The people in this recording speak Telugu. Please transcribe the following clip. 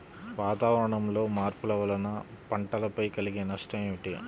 వాతావరణంలో మార్పుల వలన పంటలపై కలిగే నష్టం ఏమిటీ?